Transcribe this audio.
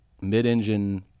mid-engine